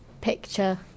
picture